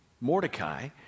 Mordecai